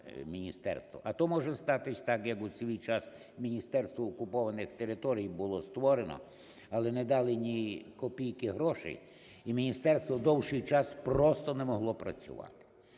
А то може статись так, як у свій час Міністерство окупованих територій було створено, але не дали ні копійки грошей і міністерство довший час просто не могло працювати.